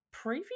preview